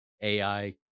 ai